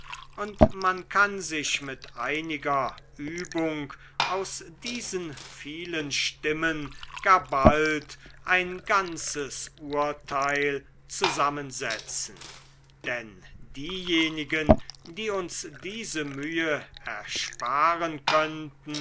und man kann sich mit einiger übung aus diesen vielen stimmen gar bald ein ganzes urteil zusammensetzen denn diejenigen die uns die mühe ersparen könnten